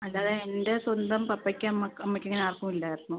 അല്ലാതെ എൻ്റെ സ്വന്തം പപ്പയ്ക്ക് അമ്മ അമ്മയ്ക്കങ്ങനെ ആർക്കും ഇല്ലായിരുന്നു